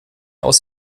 aus